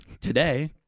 today